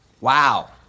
Wow